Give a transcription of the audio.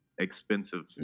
expensive